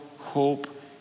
hope